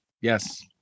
Yes